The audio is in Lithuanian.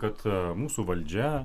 kad mūsų valdžia